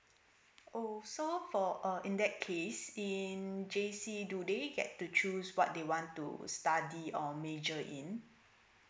oh so for uh in that case in J_C do they get to choose what they want to study or major in